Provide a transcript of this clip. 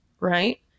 right